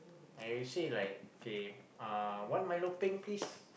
I say like kay uh one Milo peng please